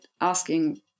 asking